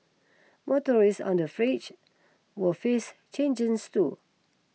motorists on the fringe will face changes too